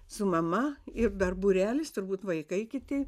su mama ir dar būrelis turbūt vaikai kiti